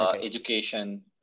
Education